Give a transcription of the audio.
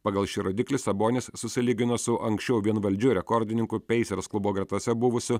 pagal šį rodiklį sabonis susilygino su anksčiau vienvaldžiu rekordininku peisers klubo gretose buvusiu